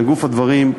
לגוף הדברים,